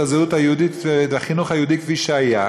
הזהות היהודית ואת החינוך היהודי כפי שהיה,